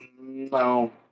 No